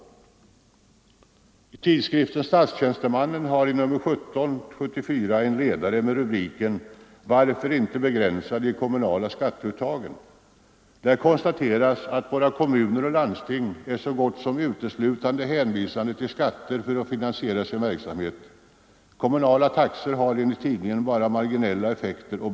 Tidskriften Statstjänstemannen har i nr 17/1974 en ledare med rubriken: ”Varför inte begränsa de kommunala skatteuttagen?” Där konstateras att våra kommuner och landsting är så gott som uteslutande hänvisade till skatter för att finansiera sin verksamhet. Kommunala taxor har enligt tidningen marginella effekter.